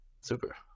Super